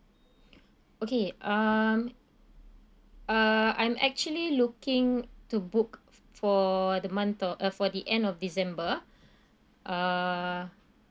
okay um uh I'm actually looking to book for the month of uh for the end of december uh